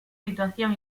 situación